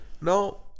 No